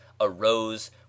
arose